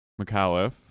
McAuliffe